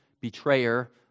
betrayer